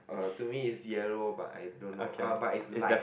uh to me it's yellow but I don't know uh but it's light